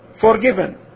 forgiven